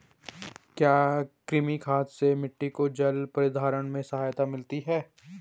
क्या कृमि खाद से मिट्टी को जल प्रतिधारण में सहायता मिलती है?